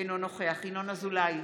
אינו נוכח ינון אזולאי,